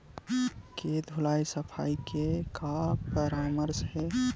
के धुलाई सफाई के का परामर्श हे?